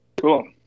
Cool